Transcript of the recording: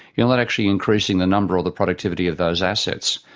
you're not actually increasing the number or the productivity of those assets.